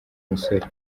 musore